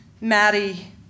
Maddie